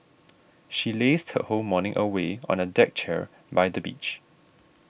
she lazed her whole morning away on a deck chair by the beach